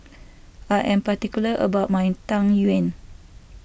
I am particular about my Tang Yuen